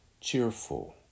cheerful